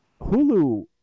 Hulu